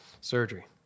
Surgery